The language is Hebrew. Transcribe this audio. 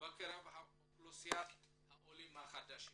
בקרב אוכלוסיית העולים החדשים.